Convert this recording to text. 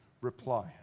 reply